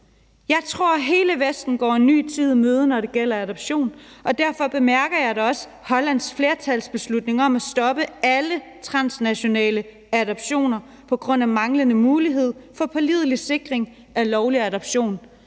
Jeg tror, man i hele Vesten går en ny tid i møde, når det gælder adoptioner, og derfor bemærker jeg da også Hollands flertalsbeslutning om at stoppe alle transnationale adoptioner på grund af en manglende mulighed for en pålidelig sikring af lovlige adoptioner,